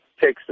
takes